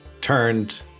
turned